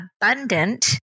abundant